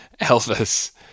Elvis